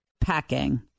packing